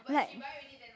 like